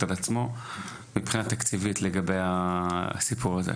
על עצמו מבחינה תקציבית לגבי הסיפור הזה?